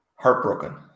heartbroken